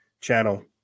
channel